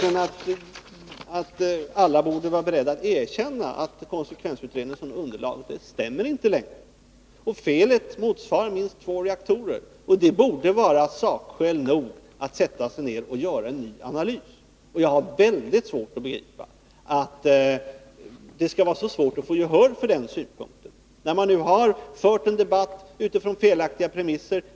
Jag tycker att alla borde vara beredda att erkänna att konsekvensutredningen är ett underlag som inte längre stämmer. Felet motsvarar minst två reaktorer. Det borde vara sakskäl nog att göra en ny analys. Jag har mycket svårt att förstå att det skall vara så svårt att få gehör för den synpunkten. Man har fört en debatt utifrån felaktiga premisser.